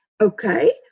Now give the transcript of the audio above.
okay